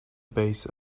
base